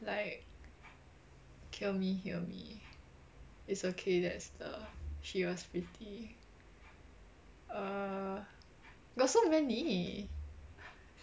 like kill me hear me it's okay that's the she was pretty err got so many